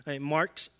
Mark